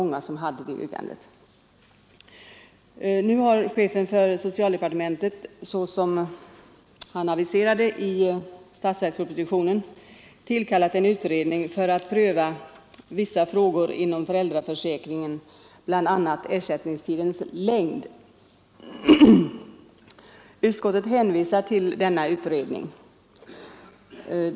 Nu har chefen för socialdepartementet, såsom han aviserade det i statsverkspropositionen, tillkallat en utredning för att pröva vissa frågor inom föräldraförsäkringen, bl.a. ersättningstidens längd. Utskottet hänvisar till denna utredning.